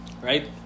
right